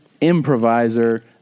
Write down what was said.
improviser